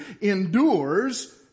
endures